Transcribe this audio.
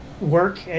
work